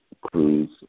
cruise